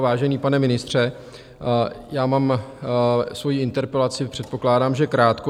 Vážený pane ministře, já mám svoji interpelaci předpokládám krátkou.